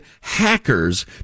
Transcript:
hackers